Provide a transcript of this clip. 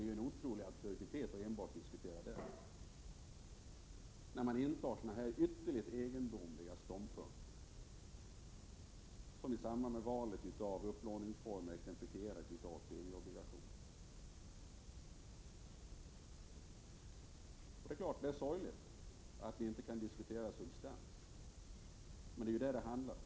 Det är ju otroligt absurt att enbart diskutera den, i synnerhet när man intar sådana här ytterst egendomliga ståndpunkter, som när det bl.a. gäller valet av upplåningsform, exemplifierat med premieobligationer. Det är sorgligt att moderaterna inte kan diskutera substans, för det är ju vad det handlar om.